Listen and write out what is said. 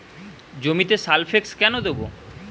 জমিতে সালফেক্স কেন দেবো?